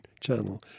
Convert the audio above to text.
channel